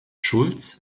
schultz